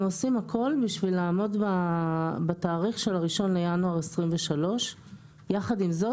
אנחנו עושים הכול בשביל לעמוד בתאריך של 1.1.2023. יחד עם זאת,